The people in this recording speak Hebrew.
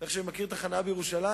איך שאני מכיר את החנייה בירושלים,